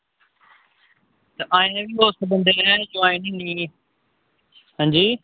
ते ऐहीं बी उस बंदे दी ज्वाईनिंग निं ऐ अंजी